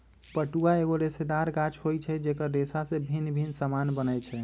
पटुआ एगो रेशेदार गाछ होइ छइ जेकर रेशा से भिन्न भिन्न समान बनै छै